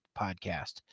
podcast